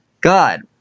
God